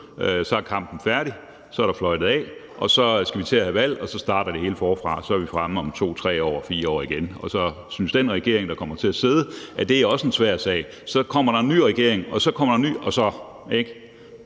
og kampen er færdig. Så er der fløjtet af, og så skal vi til at have valg, og så starter det hele forfra. Så er vi fremme ved om 2, 3 eller 4 år igen, og så synes den regering, der kommer til at sidde, også, at det er en svær sag. Så kommer der en ny regering, og så kommer der igen en ny